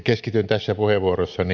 keskityn tässä puheenvuorossani